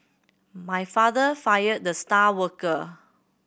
my father fired the star worker